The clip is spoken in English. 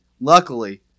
Luckily